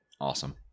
Awesome